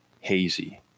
hazy